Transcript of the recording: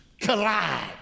collide